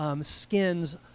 skins